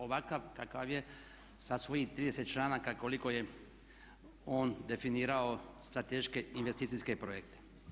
Ovakav kakav je sa svojih 30.članaka koliko je on definirao strateške investicijske projekte.